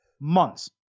months